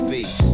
Face